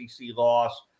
loss